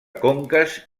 conques